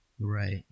Right